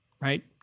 right